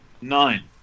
Nine